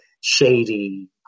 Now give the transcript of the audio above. shady